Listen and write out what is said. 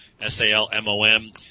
S-A-L-M-O-M